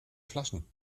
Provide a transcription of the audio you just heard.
flaschen